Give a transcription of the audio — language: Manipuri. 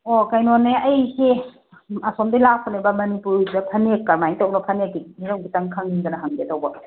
ꯑꯣ ꯀꯩꯅꯣꯅꯦ ꯑꯩꯁꯦ ꯑꯁꯣꯝꯗꯒꯤ ꯂꯥꯛꯄꯅꯦꯕ ꯃꯅꯤꯄꯨꯔꯗ ꯐꯅꯦꯛ ꯀꯃꯥꯏꯅ ꯇꯧꯅꯣ ꯐꯅꯦꯛꯀꯤ ꯍꯤꯔꯝ ꯈꯤꯇꯪ ꯈꯪꯅꯤꯡꯗꯅ ꯍꯪꯒꯦ ꯇꯧꯕ